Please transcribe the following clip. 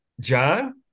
John